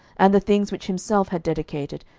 and the things which himself had dedicated,